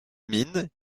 mines